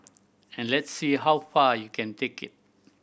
and let's see how far you can take it